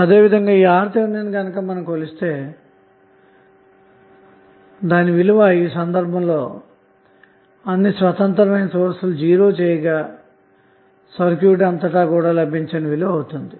అదేవిధంగామీరుRTh ను కొలిస్తేఅదిఈ సందర్భంలో అన్ని స్వతంత్రమైన సోర్స్ లు జీరో చేయగా సర్క్యూట్ అంతటా లభించే విలువ అవుతుంది